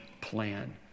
plan